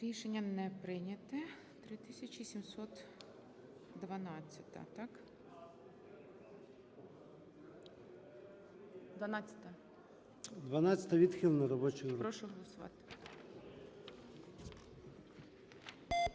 Рішення не прийнято. 3668.